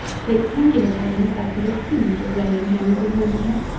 take singular pains as to the food of laying-hens in winter.